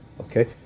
Okay